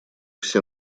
все